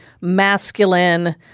masculine